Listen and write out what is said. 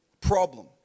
problem